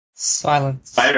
Silence